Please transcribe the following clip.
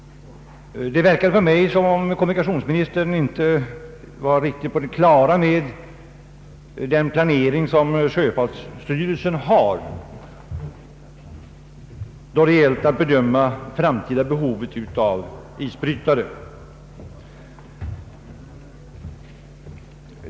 Det verkade på mig om om kommunikationsministern inte var riktigt på det klara med sjöfartsstyrelsens planering då det gällt att bedöma det framtida behovet av isbrytare.